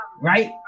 Right